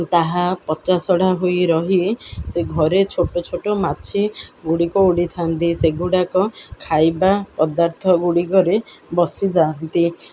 ତାହା ପଚାସଢ଼ା ହୋଇ ରହି ସେ ଘରେ ଛୋଟ ଛୋଟ ମାଛି ଗୁଡ଼ିକ ଉଡ଼ିଥାନ୍ତି ସେଗୁଡ଼ାକ ଖାଇବା ପଦାର୍ଥ ଗୁଡ଼ିକରେ ବସିଯାଆନ୍ତି